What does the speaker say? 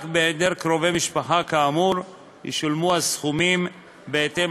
רק בהיעדר קרובי משפחה כאמור ישולמו הסכומים בהתאם